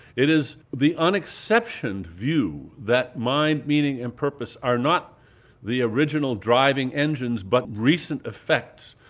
it is the unexceptioned view that mind, meaning, and purpose are not the original driving engines but recent effects,